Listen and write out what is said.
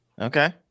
Okay